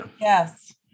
Yes